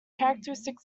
characteristic